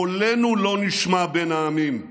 קולנו לא נשמע בין העמים.